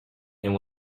and